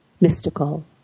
mystical